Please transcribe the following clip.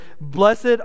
Blessed